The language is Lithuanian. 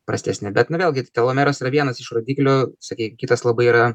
prastesni bet na vėlgi telomeras yra vienas iš rodiklių sakykim kitas labai yra